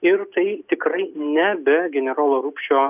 ir tai tikrai ne be generolo rupšio